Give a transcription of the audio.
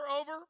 over